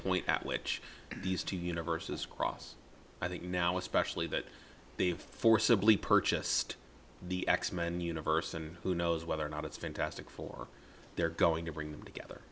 point at which these two universes cross i think now especially that they've forcibly purchased the x men universe and who knows whether or not it's fantastic for they're going to bring them together